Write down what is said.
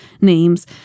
names